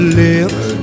lips